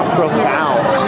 profound